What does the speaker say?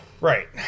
Right